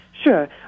Sure